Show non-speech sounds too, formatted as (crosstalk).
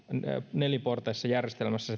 neliportaisessa järjestelmässä (unintelligible)